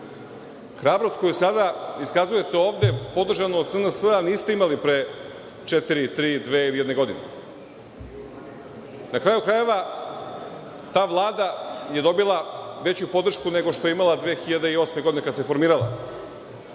radim. Hrabrost koju sada iskazujete ovde, podržanu od SNS niste imali pre četiri, tri, dve ili jedne godine. Na kraju krajeva ta Vlada je dobila veću podršku nego što je imala 2008. godine kada se formirala,